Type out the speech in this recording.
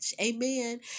Amen